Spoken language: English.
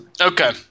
Okay